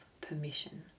permission